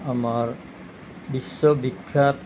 আমাৰ বিশ্ববিখ্যাত